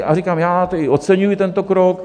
A říkám, já oceňuji tento krok.